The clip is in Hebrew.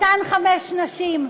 אותן חמש נשים,